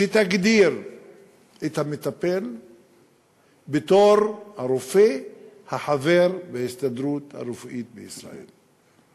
שתגדיר את המטפל בתור הרופא החבר בהסתדרות הרפואית בישראל,